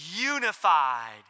unified